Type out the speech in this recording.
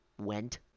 went